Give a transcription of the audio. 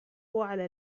على